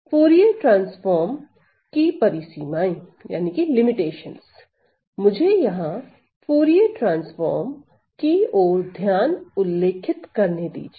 Fourier transform की परिसीमाएं मुझे यहां फूरिये ट्रांसफॉर्म की ओर ध्यान उल्लेखित करने दीजिए